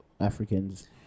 africans